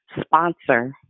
Sponsor